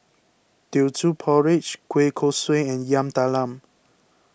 Teochew Porridge Kueh Kosui and Yam Talam